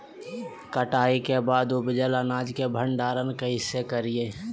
कटाई के बाद उपजल अनाज के भंडारण कइसे करियई?